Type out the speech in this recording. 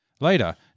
Later